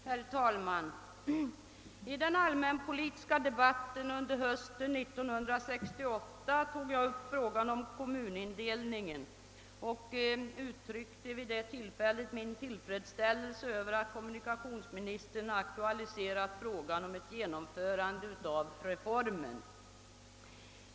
Herr talman! I den allmänpolitiska debatten under hösten 1968 tog jag upp frågan om kommunindelningsreformen och uttryckte min tillfredsställelse över att kommunikationsministern aktualiserat ett genomförande av reformen.